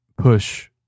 push